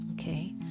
okay